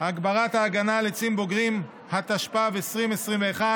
(הגברת ההגנה על עצים בוגרים), התשפ"ב 2021,